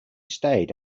stayed